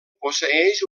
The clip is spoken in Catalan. posseeix